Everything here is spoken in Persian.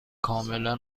کاملا